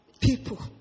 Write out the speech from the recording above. people